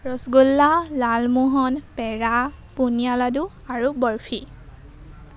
ৰসগোল্লা লালমোহন পেৰা বুন্দিয়া লাডু আৰু বৰফি